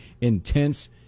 intense